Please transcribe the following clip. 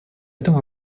этому